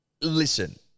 Listen